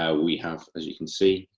yeah we have, as you can see,